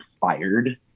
fired